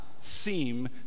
seem